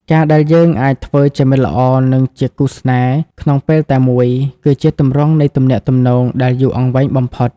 ការដែលយើងអាចធ្វើជា «មិត្តល្អ» និងជា «គូស្នេហ៍» ក្នុងពេលតែមួយ គឺជាទម្រង់នៃទំនាក់ទំនងដែលយូរអង្វែងបំផុត។